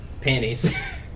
panties